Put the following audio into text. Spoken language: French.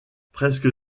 presque